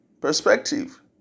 perspective